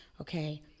okay